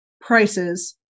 prices